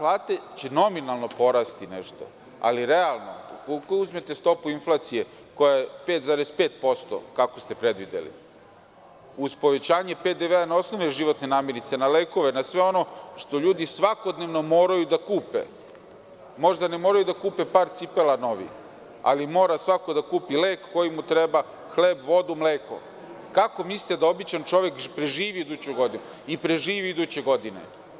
Plate će nominalno porasti nešto, ali realno ako uzmete stopu inflacije koja je 5,5%, kako ste predvideli, uz povećanje PDV-a na osnovne životne namirnice, na lekove, na ono što ljudi svakodnevno moraju da kupe, možda ne moraju da kupe par cipela novih, ali mora svako da kupi lek koji mu treba, hleb, vodu, mleko, kako mislite da običan čovek preživi iduću godinu i preživi iduće godine?